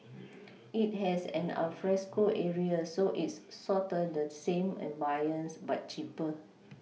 it has an alfresco area so it's sorta the same ambience but cheaper